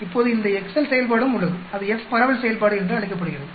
இப்போது இந்த எக்செல் செயல்பாடும் உள்ளதுஅது f பரவல் செயல்பாடு என்று அழைக்கப்படுகிறது